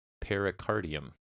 pericardium